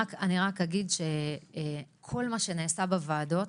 כל מה שנעשה בוועדות